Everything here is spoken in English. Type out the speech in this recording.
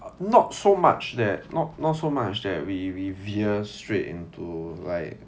not so much that not not so much that we we veer straight into like